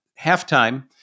Halftime